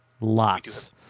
lots